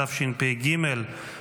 התשפ"ג 2023,